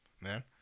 man